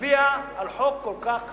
להצביע על חוק כל כך רע.